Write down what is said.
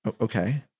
Okay